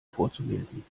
vorzulesen